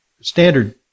standard